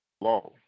law